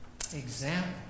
example